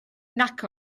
nac